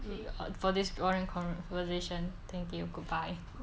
a bit odd for this oral conversation thank you goodbye